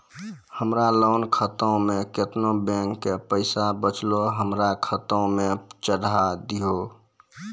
हमरा लोन खाता मे केतना बैंक के पैसा बचलै हमरा खाता मे चढ़ाय दिहो?